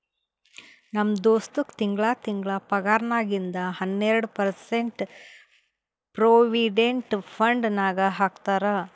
ನಮ್ ದೋಸ್ತಗ್ ತಿಂಗಳಾ ತಿಂಗಳಾ ಪಗಾರ್ನಾಗಿಂದ್ ಹನ್ನೆರ್ಡ ಪರ್ಸೆಂಟ್ ಪ್ರೊವಿಡೆಂಟ್ ಫಂಡ್ ನಾಗ್ ಹಾಕ್ತಾರ್